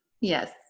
Yes